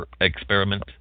experiment